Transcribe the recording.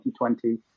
2020